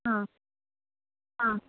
आं आं